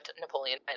Napoleon